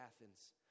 Athens